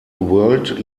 world